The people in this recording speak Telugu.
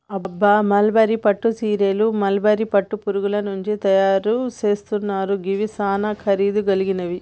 అబ్బ మల్బరీ పట్టు సీరలు మల్బరీ పట్టు పురుగుల నుంచి తయరు సేస్తున్నారు గివి సానా ఖరీదు గలిగినవి